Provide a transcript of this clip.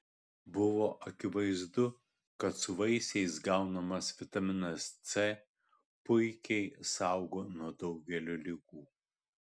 buvo akivaizdu kad su vaisiais gaunamas vitaminas c puikiai saugo nuo daugelio ligų